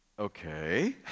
okay